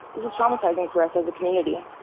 this is traumatizing for us as a community.